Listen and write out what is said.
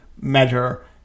measure